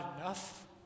enough